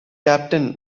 captain